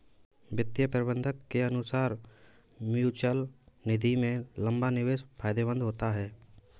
वित्तीय प्रबंधक के अनुसार म्यूचअल निधि में लंबा निवेश फायदेमंद होता है